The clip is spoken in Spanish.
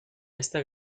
esta